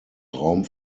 raum